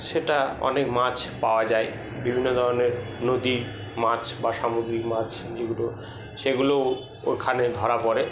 সেটা অনেক মাছ পাওয়া যায় বিভিন্ন ধরণের নদী মাছ বা সামুদ্রিক মাছ যেগুলো সেগুলো ওখানে ধরা পড়ে